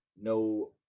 No